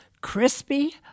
crispy